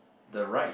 the right